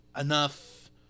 enough